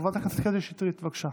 חברת הכנסת קטי שטרית, בבקשה.